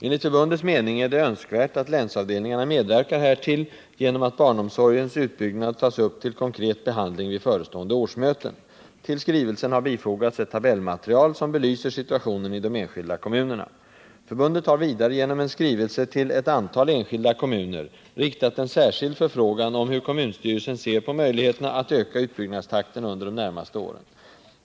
Enligt förbundets mening är det önskvärt att länsavdelningarna medverkar härtill genom att barnomsorgens utbyggnad tas upp till konkret behandling vid förestående årsmöten. Till skrivelsen har bifogats ett tabellmaterial som belyser situationen i de enskilda kommunerna. Förbundet har vidare genom en skrivelse till ett antal enskilda kommuner riktat en särskild förfrågan om hur kommunstyrelsen ser på möjligheterna att öka utbyggnadstakten under de närmaste åren.